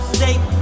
safe